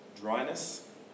dryness